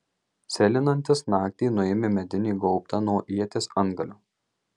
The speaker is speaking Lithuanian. sėlinantis naktį nuėmė medinį gaubtą nuo ieties antgalio